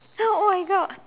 oh my god